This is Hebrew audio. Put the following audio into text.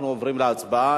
אנחנו עוברים להצבעה,